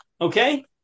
Okay